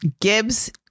Gibbs